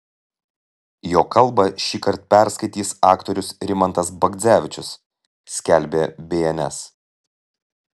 jo kalbą šįkart perskaitys aktorius rimantas bagdzevičius skelbė bns